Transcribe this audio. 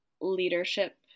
leadership